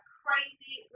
crazy